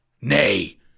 Nay